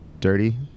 dirty